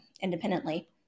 independently